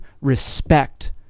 respect